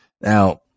Now